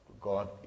God